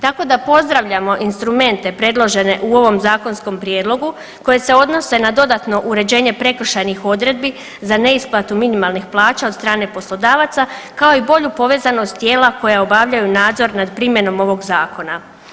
Tako da pozdravljamo instrumente predložene u ovom zakonskom prijedlogu koje se odnose na dodatno uređenje prekršajnih odredbi za neisplatu minimalnih plaća od strane poslodavaca, kao i bolju povezanost tijela koja obavljaju nadzor nad primjenom ovog zakona.